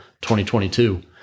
2022